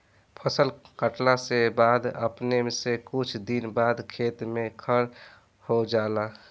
फसल काटला के बाद अपने से कुछ दिन बाद खेत में खर हो जाला